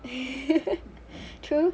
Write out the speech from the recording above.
true